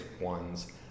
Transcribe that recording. ones